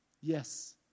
Yes